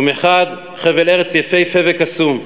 שהוא מחד חבל ארץ יפהפה וקסום,